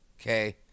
okay